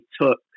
took